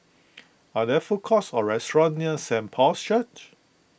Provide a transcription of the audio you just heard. are there food courts or restaurants near Saint Paul's Church